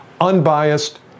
unbiased